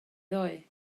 ddoe